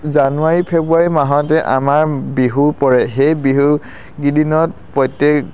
জানুৱাৰী ফেব্ৰুৱাৰী মাহতে আমাৰ বিহু পৰে সেই বিহুকেইদিনত প্ৰত্যেক